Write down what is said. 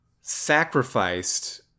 sacrificed